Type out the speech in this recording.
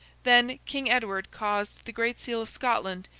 then, king edward caused the great seal of scotland,